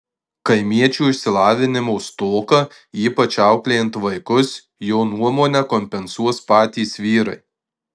kaimiečių išsilavinimo stoką ypač auklėjant vaikus jo nuomone kompensuos patys vyrai